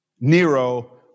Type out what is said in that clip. Nero